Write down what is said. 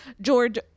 George